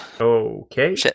okay